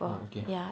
oh okay